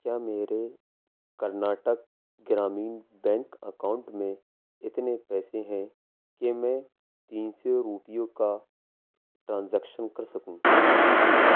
کیا میرے Karnataka Gramin bank account میں اتنے پیسے ہیں کہ میں تین سو روپیوں کا ٹرانزیکشن کر سکوں